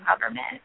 government